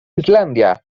islandia